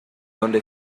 donde